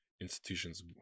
institutions